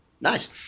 Nice